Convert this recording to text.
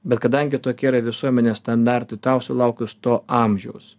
bet kadangi tokie yra visuomenės standartai tau sulaukus to amžiaus